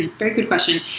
and very good question.